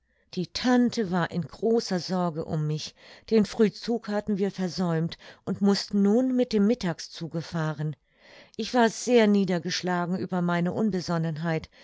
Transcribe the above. die tante war in großer sorge um mich den frühzug hatten wir versäumt und mußten nun mit dem mittagszuge fahren ich war sehr niedergeschlagen über meine unbesonnenheit